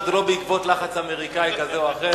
שזה לא בעקבות לחץ אמריקאי כזה או אחר.